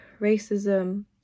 racism